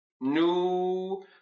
new